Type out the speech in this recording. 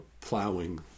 plowing